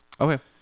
okay